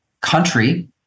country